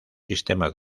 sistema